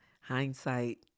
hindsight